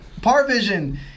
Parvision